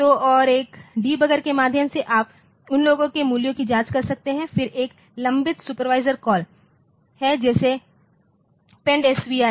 तो और एक डिबगर के माध्यम से आप उन लोगों के मूल्यों की जांच कर सकते हैं फिर एक लंबित सुपरवाइजरी कॉल है जैसे pendSV